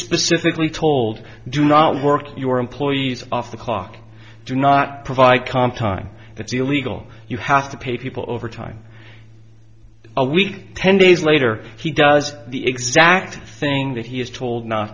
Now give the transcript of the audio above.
specifically told do not work your employees off the clock do not provide calm time that's illegal you have to pay people overtime a week ten days later he does the exact thing that he is told not